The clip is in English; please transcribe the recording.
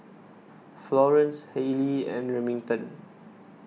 Florence Halley and Remington